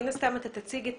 מן הסתם אתה תציג את